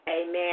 Amen